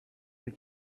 the